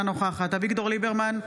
אינה נוכחת אביגדור ליברמן,